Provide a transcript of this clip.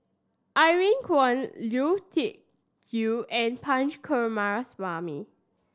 Irene Khong Liu Tuck Yew and Punch Coomaraswamy